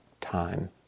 time